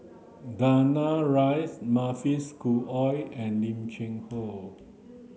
Danaraj Mavis Khoo Oei and Lim Cheng Hoe